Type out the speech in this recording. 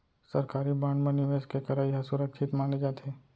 सरकारी बांड म निवेस के करई ह सुरक्छित माने जाथे